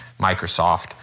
Microsoft